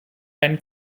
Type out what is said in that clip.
ein